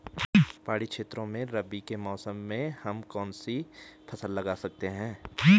पहाड़ी क्षेत्रों में रबी के मौसम में हम कौन कौन सी फसल लगा सकते हैं?